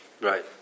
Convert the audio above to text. Right